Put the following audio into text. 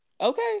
Okay